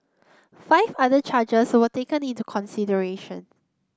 five other charges were taken into consideration